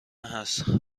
هست